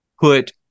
put